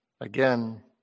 again